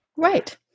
Right